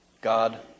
God